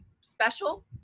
special